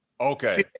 Okay